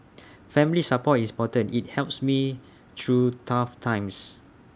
family support is important IT helps me through tough times